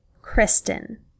Kristen